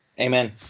Amen